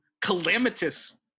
calamitous